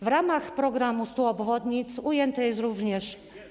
W ramach programu 100 obwodnic ujęte jest również.